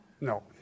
No